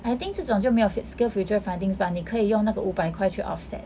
I think 这种就没有 fut~ skillsfuture fundings but 你可以用那个五百块去 offset